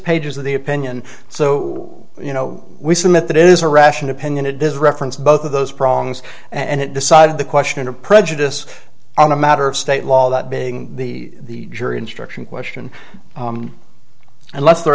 pages of the opinion so you know we submit that is a ration opinion it does reference both of those problems and it decided the question of prejudice on a matter of state law that being the jury instruction question unless the